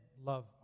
love